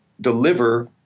deliver